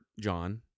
John